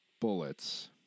bullets